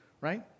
right